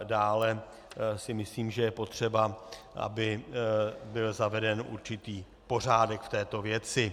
Dále si myslím, že je potřeba, aby byl zaveden určitý pořádek v této věci.